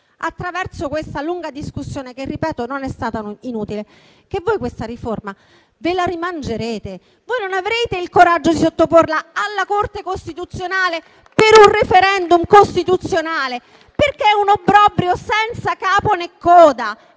attraverso questa lunga discussione, che non è stata inutile, che voi questa riforma ve la rimangerete e non avrete il coraggio di sottoporla alla Corte costituzionale per un *referendum* costituzionale, perché è un obbrobrio senza capo né coda. È